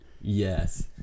Yes